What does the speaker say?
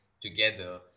together